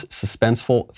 suspenseful